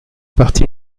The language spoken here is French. partie